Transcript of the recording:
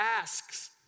asks